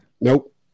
Nope